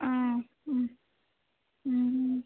ആ ഉം ഉം